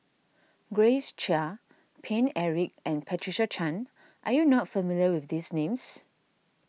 Grace Chia Paine Eric and Patricia Chan are you not familiar with these names